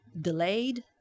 delayed